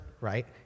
right